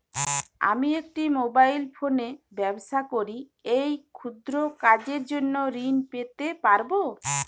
আমি একটি মোবাইল ফোনে ব্যবসা করি এই ক্ষুদ্র কাজের জন্য ঋণ পেতে পারব?